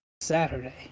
Saturday